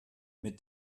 mit